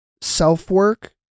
self-work